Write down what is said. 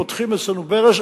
שפותחים אצלנו ברז,